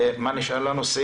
מה נשאר לנו?